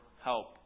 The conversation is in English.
help